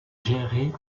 géré